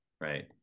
right